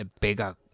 bigger